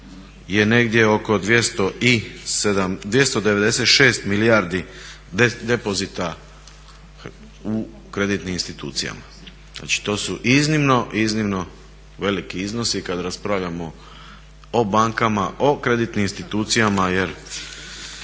je negdje oko 296 milijardi depozita u kreditnim institucijama. Znači to su iznimno, iznimno veliki iznosi kad raspravljamo o bankama, o kreditnim institucijama jer